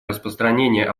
распространение